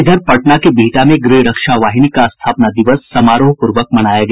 इधर पटना के बिहटा में गृहरक्षा वाहिनी का स्थापना दिवस समारोहपूर्वक मनाया गया